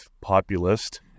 populist